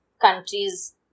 countries